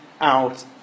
out